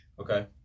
Okay